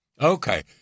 Okay